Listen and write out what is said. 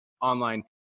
online